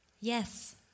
Yes